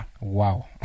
wow